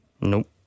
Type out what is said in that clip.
Nope